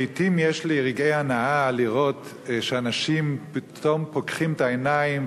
לעתים יש לי רגעי הנאה לראות שאנשים פתאום פוקחים את העיניים,